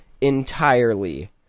entirely